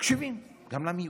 מקשיבים גם למיעוט.